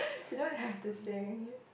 you don't have to think